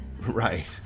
Right